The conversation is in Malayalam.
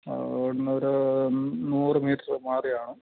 ഇവിടുന്നൊരു നൂറ് മീറ്ററ് മാറിയാണ്